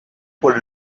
por